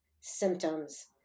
symptoms